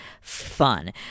fun